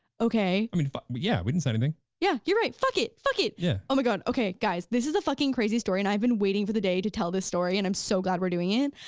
okay. i mean, fuck but yeah, we can say anything. yeah, you're right fuck it, fuck it. yeah oh my god. okay guys, this is a crazy story, and i've been waiting for the day to tell this story and i'm so glad we're doing it.